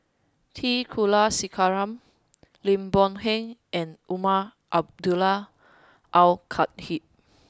T Kulasekaram Lim Boon Heng and Umar Abdullah Al Khatib